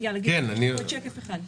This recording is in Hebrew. עוד שקף אחד.